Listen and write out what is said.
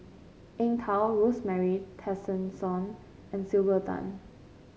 Eng Tow Rosemary Tessensohn and Sylvia Tan